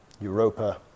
Europa